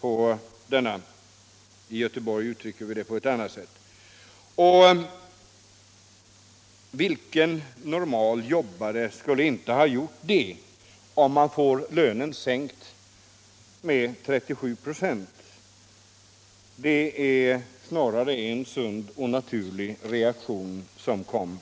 på denne - i Göteborg uttrycker vi det på ett annat sätt — och vilken normal jobbare skulle inte ha gjoft det om han fått lönen sänkt med 37 4? Det är närmast en sund och naturlig reaktion.